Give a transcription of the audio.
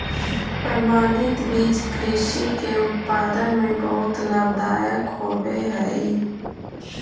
प्रमाणित बीज कृषि के उत्पादन में बहुत लाभदायक होवे हई